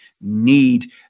need